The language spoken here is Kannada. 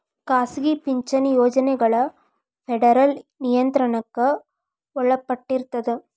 ಖಾಸಗಿ ಪಿಂಚಣಿ ಯೋಜನೆಗಳ ಫೆಡರಲ್ ನಿಯಂತ್ರಣಕ್ಕ ಒಳಪಟ್ಟಿರ್ತದ